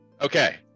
Okay